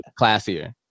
classier